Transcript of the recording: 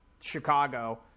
Chicago